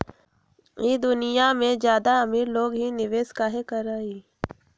ई दुनिया में ज्यादा अमीर लोग ही निवेस काहे करई?